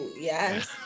yes